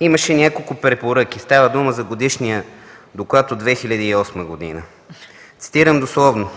имаше няколко препоръки. Става дума за Годишния доклад от 2008 г. Цитирам дословно: